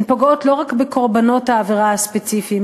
הן "פוגעות לא רק בקורבנות העבירה הספציפיים,